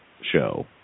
show